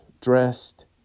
dressed